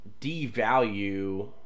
devalue